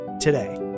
today